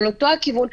באותו הכיוון,